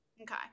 okay